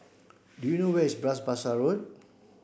do you wish Bras Basah